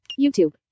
YouTube